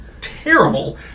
terrible